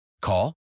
Call